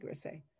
say